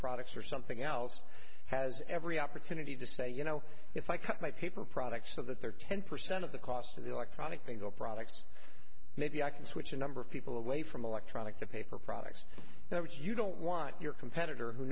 products or something else has every opportunity to say you know if i cut my paper products so that they're ten percent of the cost of the electronic thing or products maybe i can switch a number of people away from electronic to paper products that you don't want your competitor who